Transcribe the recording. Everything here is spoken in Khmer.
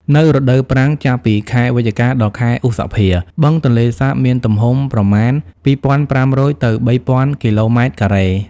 នៅរដូវប្រាំង ចាប់ពីខែវិច្ឆិកា ដល់ខែឧសភា បឹងទន្លេសាបមានទំហំប្រមាណ ២.៥០០ ទៅ ៣.០០០ គីឡូម៉ែត្រការ៉េ។